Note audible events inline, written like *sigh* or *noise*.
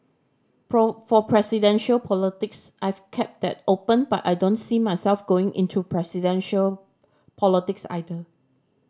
*unintelligible* for presidential politics I've kept that open but I don't see myself going into presidential politics either